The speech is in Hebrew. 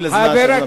רוצים לחסל אותנו.